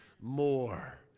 more